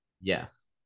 Yes